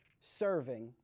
serving